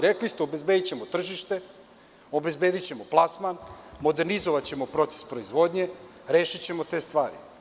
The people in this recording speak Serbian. Rekli ste – obezbedićemo tržište, obezbedićemo plasman, modernizovaćemo proces proizvodnje, rešićemo te stvari.